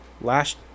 last